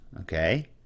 Okay